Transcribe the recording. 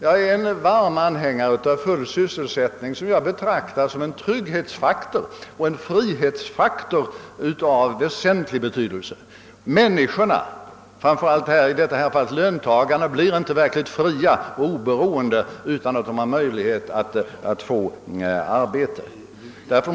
Jag är varm anhängare av full sysselsättning, som jag betraktar som en trygghetsoch frihetsfaktor av mycket väsentlig betydelse. Människorna, framför allt löntagarna, blir inte verkligt fria och oberoende, om de inte har möjlighet att få arbete.